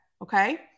Okay